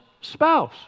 spouse